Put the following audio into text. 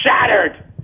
shattered